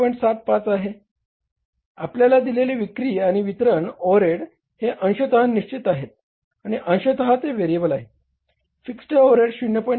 75 आहे आपल्याला दिलेले विक्री आणि वितरण ओव्हरहेड हे अंशतः निश्चित आहेत आणि अंशतः ते व्हेरिएबल आहेत फिक्स्ड ओव्हरहेड्स 0